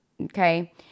okay